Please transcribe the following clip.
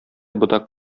ботак